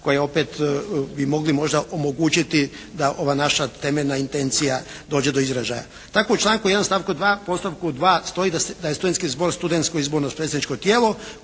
koja opet bi mogli možda omogućiti da ova naša temeljna intencija dođe do izražaja. Tako u članku 1. stavku 2. podstavku 2. stoji da je studentski zbor studentsko izborno predstavničko tijelo